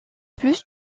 plus